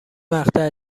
مقطع